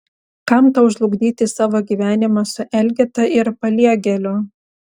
kam tau žlugdyti savo gyvenimą su elgeta ir paliegėliu